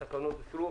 הצבעה התקנות אושרו.